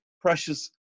precious